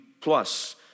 plus